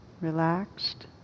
Relaxed